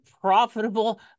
profitable